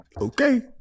okay